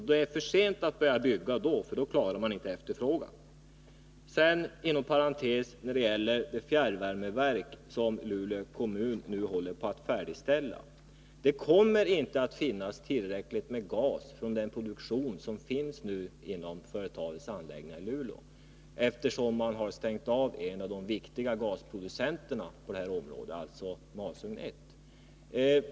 Det är för sent att bygga när prisuppgången är ett faktum, för då klarar man inte efterfrågan. Sedan några ord om det fjärrvärmeverk som Luleå kommun håller på att färdigställa. Det kommer inte att finnas tillräckligt med gas från den produktion som nu sker inom företagets anläggningar i Luleå, eftersom man har stängt av masugn 1, som är en av de viktiga gasproducenterna på detta område.